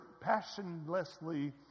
passionlessly